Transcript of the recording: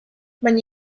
baina